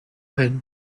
hin